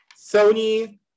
Sony